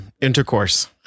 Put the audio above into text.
intercourse